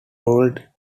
ruled